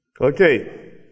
Okay